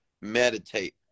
meditate